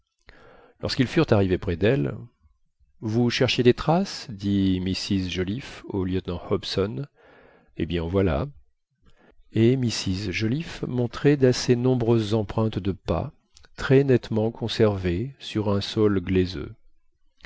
lorsqu'ils furent arrivés près d'elle vous cherchiez des traces dit mrs joliffe au lieutenant hobson eh bien en voilà et mrs joliffe montrait d'assez nombreuses empreintes de pas très nettement conservées sur un sol glaiseux